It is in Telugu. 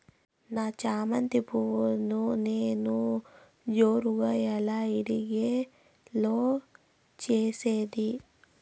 నా చామంతి పువ్వును నేను జోరుగా ఎలా ఇడిగే లో చేసేది?